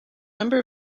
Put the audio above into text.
number